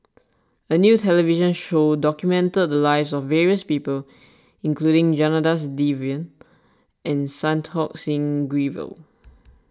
a new television show documented the lives of various people including Janadas Devan and Santokh Singh Grewal